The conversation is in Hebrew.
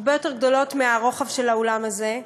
הרבה יותר גדולות מהרוחב של האולם הזה,